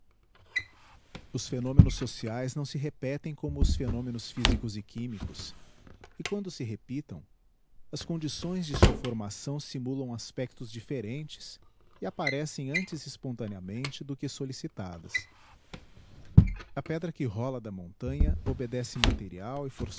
os phenomenos sociaes não se repetem como os phenomenos physicos e chimicos e quando se repitam as condições de sua formação simulam aspectos dififerentes e apparecem antes espontaneamente do que sollicitadas a pedra que rola da montanha obedece material